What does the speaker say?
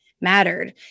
mattered